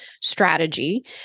strategy